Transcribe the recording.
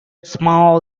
small